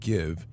Give